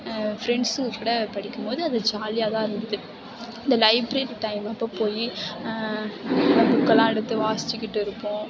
ஃப்ரெண்ட்ஸுங்க கூட படிக்கும்போது அது ஜாலியாக தான் இருந்தது இந்த லைப்ரரி டைம் அப்போ போய் அங்கே புக்கெல்லாம் எடுத்து வாசித்துக்கிட்டு இருப்போம்